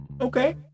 Okay